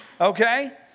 Okay